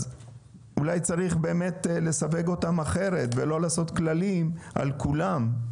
אז אולי צריך באמת לסווג אותם אחרת ולא לעשות כללים על כולם?